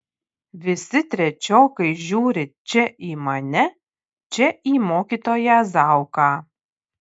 visi trečiokai žiūri čia į mane čia į mokytoją zauką